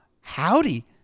howdy